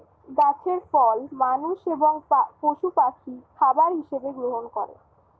গাছের ফল মানুষ এবং পশু পাখি খাবার হিসাবে গ্রহণ করে